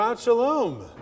Shalom